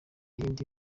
y’indi